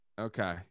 Okay